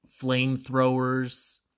flamethrowers